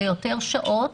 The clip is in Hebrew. יותר שעות.